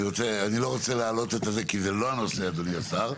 זה לא הנושא, אדוני השר.